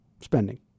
spending